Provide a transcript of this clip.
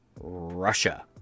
Russia